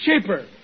cheaper